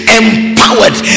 empowered